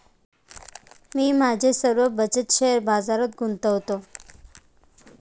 मी माझी सर्व बचत शेअर बाजारात गुंतवतो